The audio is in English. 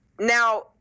Now